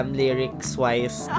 lyrics-wise